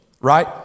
right